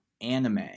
anime